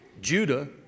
Judah